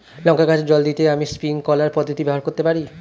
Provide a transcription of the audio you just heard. লঙ্কা গাছে জল দিতে আমি স্প্রিংকলার পদ্ধতি ব্যবহার করতে পারি?